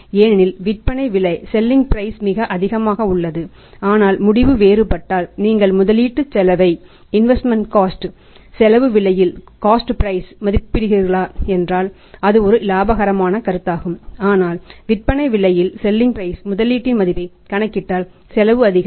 ஏனெனில் selling price இல் முதலீட்டின் மதிப்பை கணக்கிட்டால் செலவு அதிகரிக்கும்